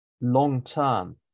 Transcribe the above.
long-term